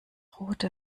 rote